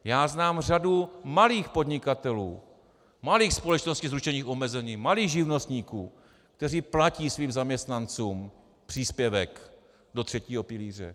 Já znám řadu malých podnikatelů, malých společností s ručením omezeným, malých živnostníků, kteří platí svým zaměstnancům příspěvek do třetího pilíře.